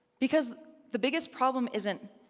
because the biggest problem isn't,